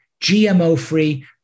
GMO-free